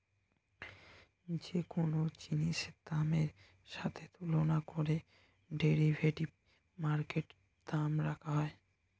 যে কোন জিনিসের দামের সাথে তুলনা করে ডেরিভেটিভ মার্কেটে দাম রাখা হয়